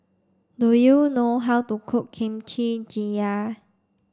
do you know how to cook Kimchi Jjigae